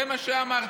זה מה שאמרתי.